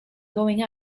going